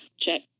Check